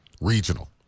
regional